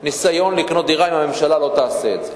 ניסיון לקנות דירה אם הממשלה לא תעשה את זה.